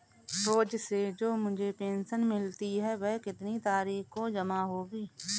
रोज़ से जो मुझे पेंशन मिलती है वह कितनी तारीख को जमा होगी?